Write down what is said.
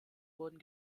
wurden